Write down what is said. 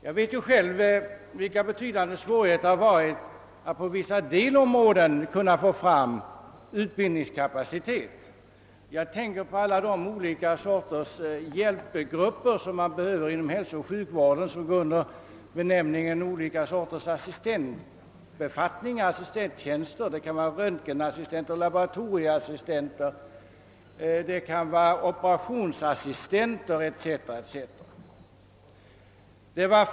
Jag vet ju själv vilka betydande svårigheter det har varit att på vissa delområden kunna få fram utbildningskapacitet. Jag tänker på de många olika sorters hjälpgrupper som man behöver inom hälsooch sjukvård och som går under benämningen assistenter: röntgenassistenter, laboratorieassistenter, operationsassistenter etc.